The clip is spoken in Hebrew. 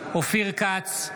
כץ,